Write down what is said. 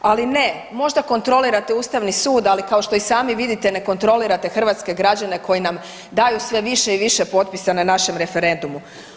Ali ne, možda kontrolirate Ustavni sud, ali kao što i sami vidite ne kontrolirate hrvatske građane koji nam daju sve više i više potpisa na našem referendumu.